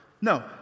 no